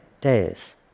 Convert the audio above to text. days